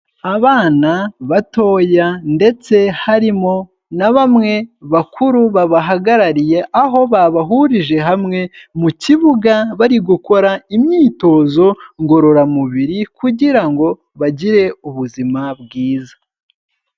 Abana batoya ndetse harimo na bamwe bakuru babahagarariye aho babahurije hamwe mu kibuga bari gukora imyitozo ngororamubiri kugira ngo bagire ubuzima bwiza.